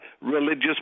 religious